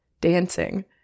dancing